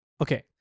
Okay